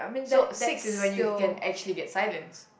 so six is when you can actually get silence